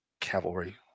cavalry